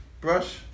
Brush